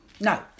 No